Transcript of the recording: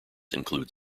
include